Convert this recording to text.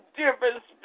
difference